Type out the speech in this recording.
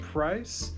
Price